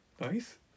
nice